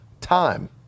time